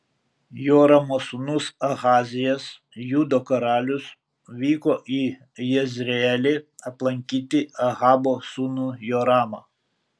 joramo sūnus ahazijas judo karalius vyko į jezreelį aplankyti ahabo sūnų joramą